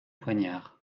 poignard